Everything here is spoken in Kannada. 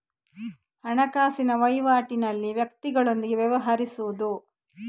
ಹಣಕಾಸಿನ ವಹಿವಾಟಿನಲ್ಲಿ ವ್ಯಕ್ತಿಗಳೊಂದಿಗೆ ವ್ಯವಹರಿಸುವುದು